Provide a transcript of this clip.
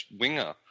winger